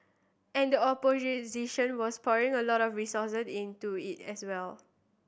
and the was pouring a lot of resource into it as well